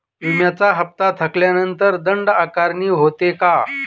विम्याचा हफ्ता थकल्यानंतर दंड आकारणी होते का?